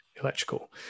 electrical